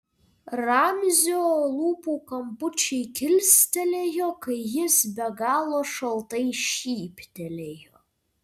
ramzio lūpų kampučiai kilstelėjo kai jis be galo šaltai šyptelėjo